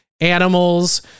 animals